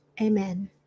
Amen